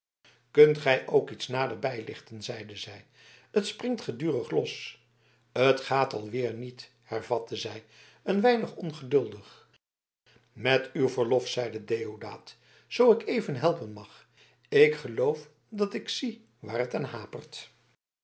kunt gij ook iets nader bijlichten zeide zij het springt gedurig los t gaat alweer niet hervatte zij een weinig ongeduldig met uw verlof zeide deodaat zoo ik even helpen mag ik geloof dat ik zie waar het aan hapert